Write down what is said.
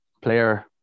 player